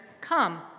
come